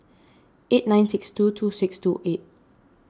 eight nine six two two six two eight